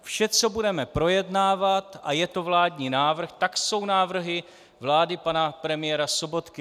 Vše, co budeme projednávat a je to vládní návrh, tak jsou návrhy vlády pana premiéra Sobotky.